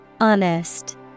Honest